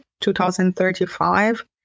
2035